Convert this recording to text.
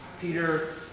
Peter